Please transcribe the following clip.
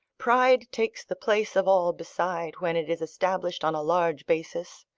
pride takes the place of all beside when it is established on a large basis.